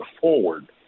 forward